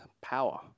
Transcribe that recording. power